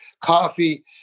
coffee